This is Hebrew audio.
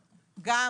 זכויות.